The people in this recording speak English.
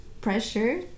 pressure